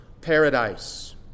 paradise